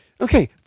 Okay